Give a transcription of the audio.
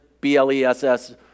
B-L-E-S-S